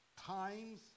times